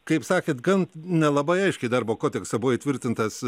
kaip sakėte gan nelabai aiškiai darbo kodekse buvo įtvirtintas